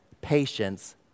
patience